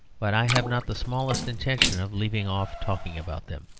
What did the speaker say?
but i have not the smallest intention of leaving off talking about them.